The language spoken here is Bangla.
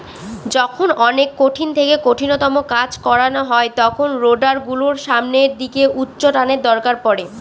যখন অনেক কঠিন থেকে কঠিনতম কাজ করানো হয় তখন রোডার গুলোর সামনের দিকে উচ্চটানের দরকার পড়ে